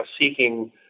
seeking